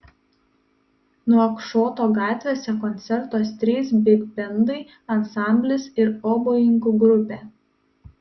nuakšoto gatvėse koncertuos trys bigbendai ansamblis ir obojininkų grupė